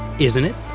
isn't it?